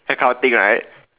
that kind of thing right